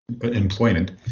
employment